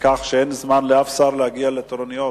כך שאין זמן לאף שר להגיע לתורנויות.